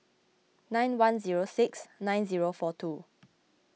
nine one zero six nine zero four two